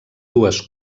dues